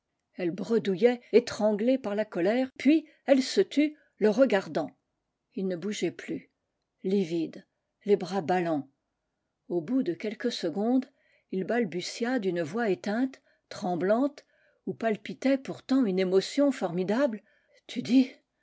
elle bredouillait étranglée par la colère puis elle se tut le regardant il ne bougeait plus livide les bras ballants au bout de quelques secondes il balbutia d'une voix éteinte tremblante où palpitait pourtant une émotion formidable tu dis